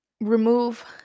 remove